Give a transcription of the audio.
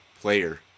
player